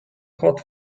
hot